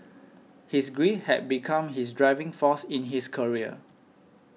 his grief had become his driving force in his career